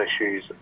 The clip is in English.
issues